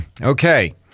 Okay